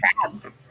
Crabs